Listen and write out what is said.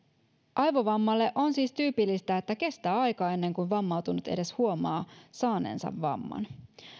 aivovammalle on siis tyypillistä että kestää aikaa ennen kuin vammautunut edes huomaa saaneensa vamman